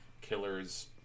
killers